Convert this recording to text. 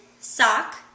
sock